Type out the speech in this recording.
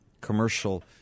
commercial